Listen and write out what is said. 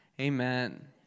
Amen